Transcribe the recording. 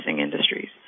industries